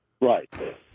Right